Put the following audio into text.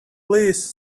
please